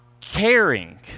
caring